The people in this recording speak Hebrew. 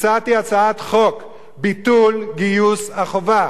הצעתי הצעת חוק, ביטול גיוס החובה.